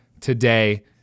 today